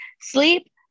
sleep